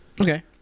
Okay